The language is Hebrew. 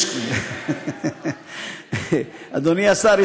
אדוני השר,